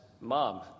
mom